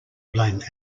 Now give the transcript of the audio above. blame